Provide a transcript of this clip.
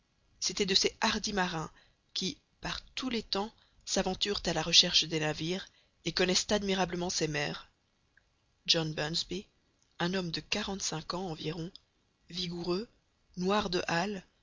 c'étaient de ces hardis marins qui par tous les temps s'aventurent à la recherche des navires et connaissent admirablement ces mers john bunsby un homme de quarante-cinq ans environ vigoureux noir de hâle